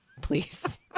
please